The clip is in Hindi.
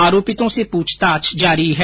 आरोपियों से पूछताछ जारी है